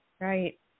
Right